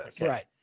Right